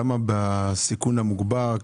על כמות האנשים שנמצאים בסיכון המוגבר?